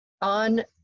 on